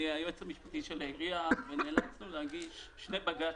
אני היועץ המשפטי של העיריה ונאלצנו להגיש שני בג"צים,